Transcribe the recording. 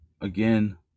Again